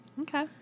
Okay